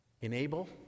enable